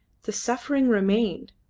the suffering remained,